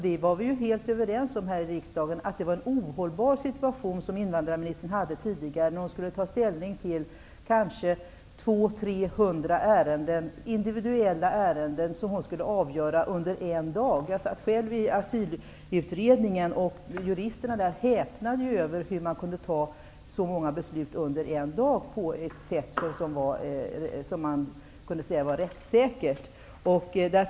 Vi var ju här i riksdagen helt överens om att invandrarministerns tidigare situation, att hon skulle avgöra kanske 200--300 individuella ärenden under en dag, var helt ohållbar. Jag satt själv med i Asylutredningen. Juristerna där häpnade över hur man kunde fatta så många beslut, på ett sätt som man kunde säga var rättssäkert, under en dag.